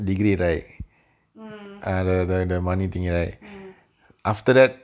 mm mm